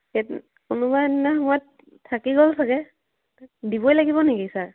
কোনোবা এদিনা সময়ত থাকি গ'ল চাগৈ দিবই লাগিব নেকি ছাৰ